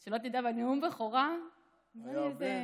שלא תדע, בנאום בכורה היו, היה הרבה?